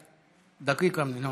בעד, עשרה, אין מתנגדים, אין נמנעים.